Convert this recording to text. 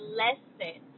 lesson